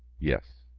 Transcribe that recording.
yes,